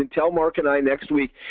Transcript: and tell mark and i next week.